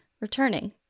returning